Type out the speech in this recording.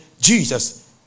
Jesus